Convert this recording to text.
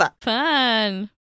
fun